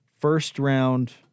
first-round